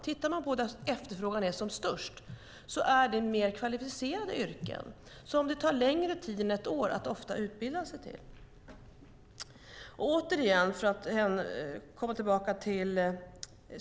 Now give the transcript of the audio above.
Tittar man på var efterfrågan är som störst är det inom mer kvalificerade yrken som det ofta tar längre tid än ett år att utbilda sig till.